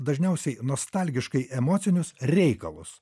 dažniausiai nostalgiškai emocinius reikalus